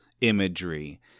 imagery